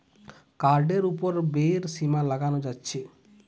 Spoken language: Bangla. কার্ডের উপর ব্যয়ের সীমা লাগানো যাচ্ছে